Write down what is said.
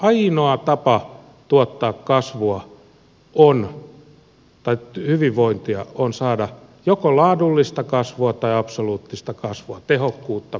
ainoa tapa tuottaa kasvua tai hyvinvointia on saada joko laadullista kasvua tai absoluuttista kasvua tehokkuutta muuta